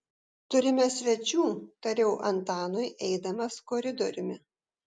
turime svečių tariau antanui eidamas koridoriumi